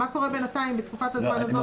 מה קורה בתקופת הזמן הזו בינתיים?